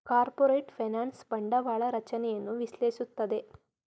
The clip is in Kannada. ಕಾರ್ಪೊರೇಟ್ ಫೈನಾನ್ಸ್ ಬಂಡವಾಳ ರಚನೆಯನ್ನು ವಿಶ್ಲೇಷಿಸುತ್ತದೆ